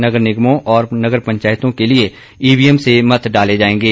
नगर निगमों और नगर पंचायतों के लिए ईवीएम से मत डाले जाएगे